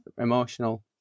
emotional